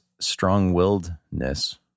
strong-willedness